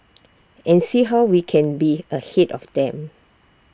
and see how we can be ahead of them